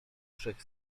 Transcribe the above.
trzech